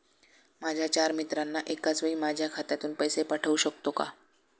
माझ्या चार मित्रांना एकाचवेळी माझ्या खात्यातून पैसे पाठवू शकतो का?